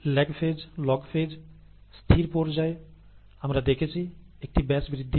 'lag phase' 'log phase' স্থির পর্যায়' আমরা দেখেছি একটি ব্যাচ বৃদ্ধিতে